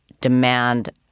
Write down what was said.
demand